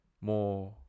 more